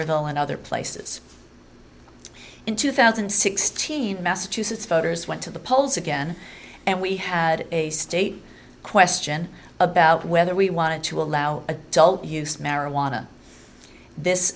lle and other places in two thousand and sixteen massachusetts voters went to the polls again and we had a state question about whether we wanted to allow adult use marijuana this